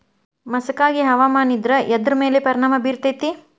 ಮಸಕಾಗಿ ಹವಾಮಾನ ಇದ್ರ ಎದ್ರ ಮೇಲೆ ಪರಿಣಾಮ ಬಿರತೇತಿ?